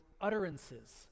utterances